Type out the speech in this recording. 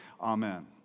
Amen